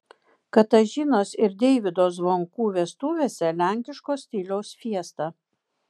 katažinos ir deivydo zvonkų vestuvėse lenkiško stiliaus fiesta